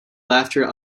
laughter